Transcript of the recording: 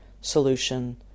solution